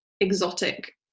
exotic